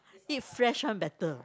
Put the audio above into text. eat fresh one better